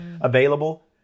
available